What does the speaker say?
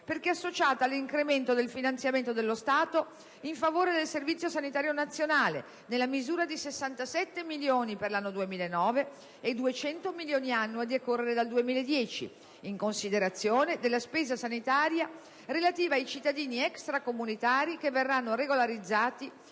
perché associata all'incremento del finanziamento dello Stato in favore del Servizio sanitario nazionale, nella misura di 67 milioni per il 2009 e di 200 milioni annui a decorrere dal 2010, in considerazione della spesa sanitaria relativa ai cittadini extracomunitari che verranno regolarizzati